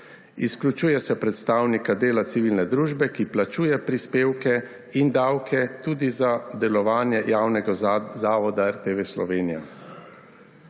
Izključuje se predstavnika dela civilne družbe, ki plačuje prispevke in davke tudi za delovanje javnega zavoda RTV Slovenija.